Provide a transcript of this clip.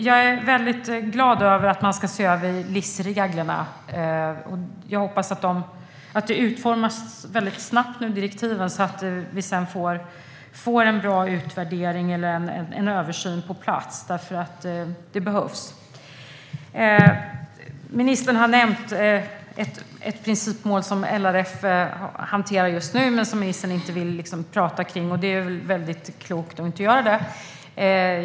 Jag är väldigt glad över att man ska se över LIS-reglerna och hoppas att direktiven utformas snabbt så att vi får en bra utvärdering eller översyn på plats, eftersom det behövs. Ministern nämnde ett principmål som LRF hanterar just nu men som ministern inte vill diskutera. Det är väldigt klokt att inte göra det.